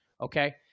okay